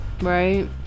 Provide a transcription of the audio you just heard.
Right